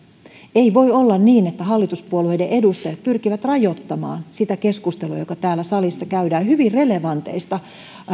ei voi olla niin että hallituspuolueiden edustajat pyrkivät rajoittamaan sitä keskustelua jota täällä salissa käydään hyvin relevanteista